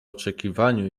oczekiwaniu